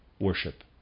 worship